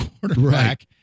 quarterback